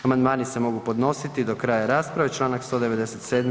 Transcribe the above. Amandmani se mogu podnositi do kraja rasprave, čl. 197.